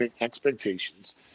expectations